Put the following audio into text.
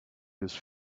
his